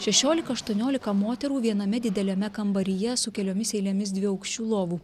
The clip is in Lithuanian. šešiolika aštuoniolika moterų viename dideliame kambaryje su keliomis eilėmis dviaukščių lovų